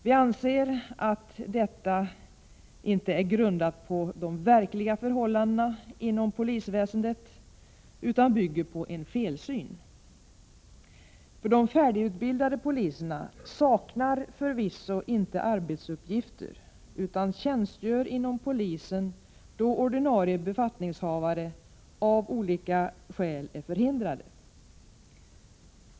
Vi anser att den inte är grundad på verkliga förhållanden inom polisväsendet utan bygger på en felsyn. De färdigutbildade poliserna saknar förvisso inte arbetsuppgifter utan tjänstgör inom polisen då ordinarie befattningshavare av olika skäl är förhindrade.